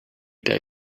day